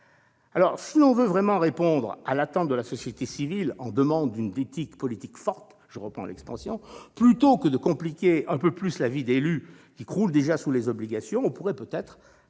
autres. Si l'on voulait vraiment répondre à l'attente de la société civile « en demande d'une éthique politique forte », plutôt que de compliquer un peu plus la vie d'élus croulant déjà sous les obligations, on pourrait peut-être